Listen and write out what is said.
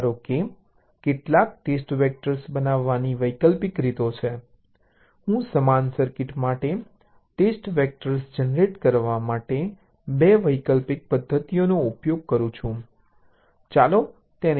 ધારો કે કેટલાક ટેસ્ટ વેક્ટર બનાવવાની વૈકલ્પિક રીતો છે હું સમાન સર્કિટ માટે ટેસ્ટ વેક્ટર જનરેટ કરવા માટે 2 વૈકલ્પિક પદ્ધતિઓનો ઉપયોગ કરું છું ચાલો તેને T1 અને T2 કહીએ